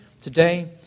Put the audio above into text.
today